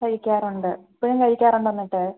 കഴിക്കാറുണ്ട് ഇപ്പഴും കഴിക്കാറുണ്ടോ എന്നിട്ട്